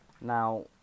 now